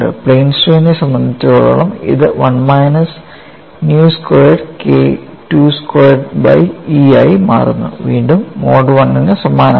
plain സ്ട്രെയിനെ സംബന്ധിച്ചിടത്തോളം ഇത് 1 minus nu squared KII squared by E ആയി മാറുന്നു വീണ്ടും മോഡ് I ന് സമാനമാണ്